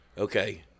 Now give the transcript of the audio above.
Okay